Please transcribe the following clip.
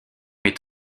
est